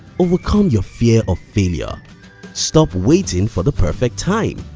overcome your fear of failure stop waiting for the perfect time.